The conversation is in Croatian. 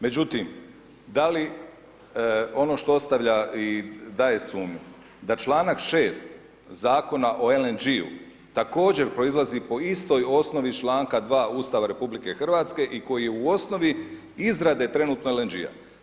Međutim, da li ono što ostavlja i daje sumnju da članak 6. Zakona o LNG-u također proizlazi po istoj osnovi iz članka 2. Ustava RH i koji je u osnovi izrade trenutno LNG-a.